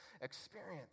experience